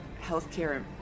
Healthcare